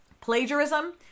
plagiarism